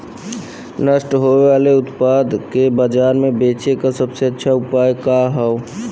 नष्ट होवे वाले उतपाद के बाजार में बेचे क सबसे अच्छा उपाय का हो?